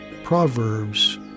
Proverbs